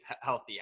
healthy